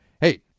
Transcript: Hey